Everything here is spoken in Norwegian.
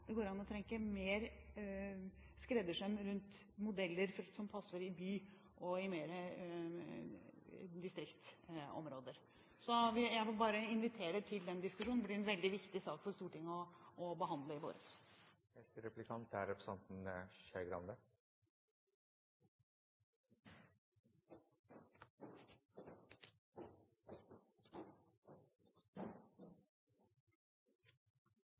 det går an å tenke mer skreddersøm rundt modeller som passer i by og i distriktsområder. Jeg vil bare invitere til den diskusjonen. Det blir en veldig viktig sak for Stortinget å behandle i